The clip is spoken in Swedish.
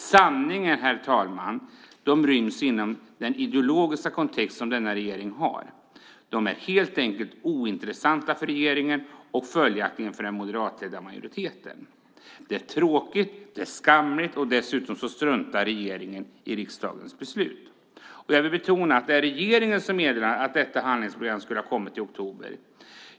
Sanningen är att de ryms inom den ideologiska kontext som denna regering har. De är helt enkelt ointressanta för regeringen och följaktligen för den moderatledda majoriteten. Det är tråkigt, det är skamligt, och dessutom struntar regeringen i riksdagens beslut. Jag vill betona att det är regeringen som har meddelat att detta handlingsprogram skulle ha kommit i oktober.